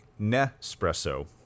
Nespresso